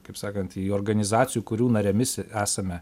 kaip sakant į organizacijų kurių narėmis esame